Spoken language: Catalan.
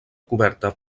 coberta